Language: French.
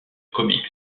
comics